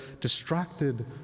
distracted